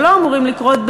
שלא אמורים לקרות,